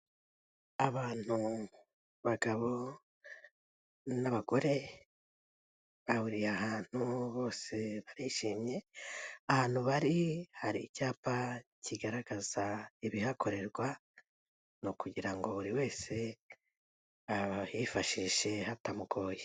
Abantu abagabo n'abagore, bahuriye ahantu bose barishimye ahantu bari hari icyapa kigaragaza ibihakorerwa, ni ukugira ngo buri wese ahifashishe hatamugoye.